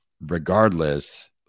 regardless